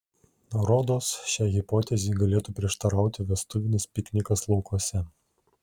rodos šiai hipotezei galėtų prieštarauti vestuvinis piknikas laukuose